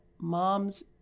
moms